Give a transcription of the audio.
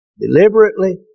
deliberately